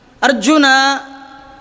Arjuna